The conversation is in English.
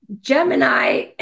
Gemini